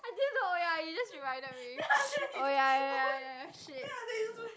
i didn't know ya you just reminded me oh ya ya ya ya shit